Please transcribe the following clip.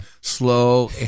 slow